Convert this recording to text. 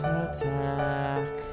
attack